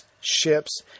ships